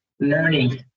learning